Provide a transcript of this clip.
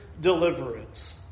deliverance